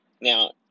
Now